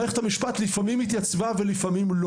מערכת המשפט לפעמים התייצבה ולפעמים לא